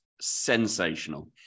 sensational